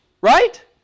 right